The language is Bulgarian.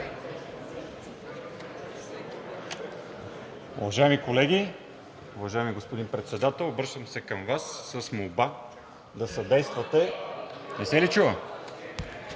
Уважаеми колеги, уважаеми господин Председател! Обръщам се към Вас с молба да съдействате… (Реплики.) Не се ли чува?